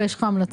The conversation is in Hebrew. יש לך המלצה?